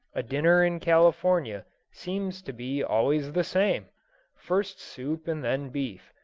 a dinner in california seems to be always the same first soup and then beef,